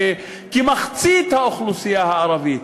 שכמחצית האוכלוסייה הערבית,